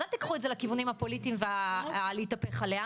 אז אל תיקחו את זה לכיוונים הפוליטיים ולהתהפך עליה,